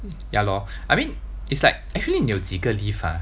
ya lor I mean it's like actually 你有几个 leave ah